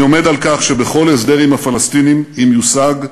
אני עומד על כך שבכל הסדר עם הפלסטינים, אם יושג,